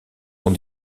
sont